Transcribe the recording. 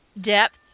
depth